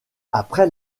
après